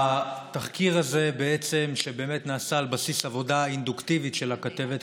התחקיר הזה נעשה על בסיס עבודה אינדוקטיבית של הכתבת,